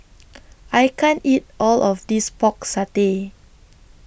I can't eat All of This Pork Satay